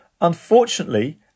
Unfortunately